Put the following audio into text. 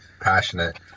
passionate